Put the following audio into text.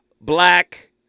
Black